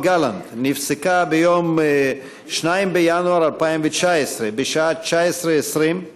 גלנט נפסקה ביום 2 בינואר 2019 בשעה 19:20,